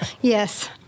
yes